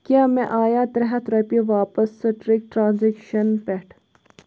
کیٛاہ مےٚ آیا ترٛےٚ ہتھ رۄپیہِ واپس سٹرک ٹرانزیکشن پٮ۪ٹھٕ؟